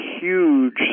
huge